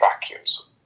vacuums